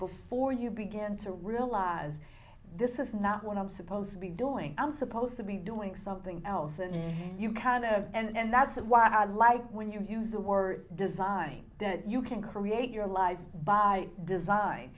before you begin to realize this is not what i'm supposed to be doing i'm supposed to be doing something else and you kind of and that's why i like when you use the word design that you can create your life by design